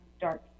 dark